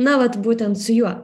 na vat būtent su juo